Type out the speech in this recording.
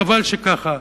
וחבל שכך.